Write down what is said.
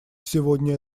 сегодня